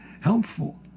helpful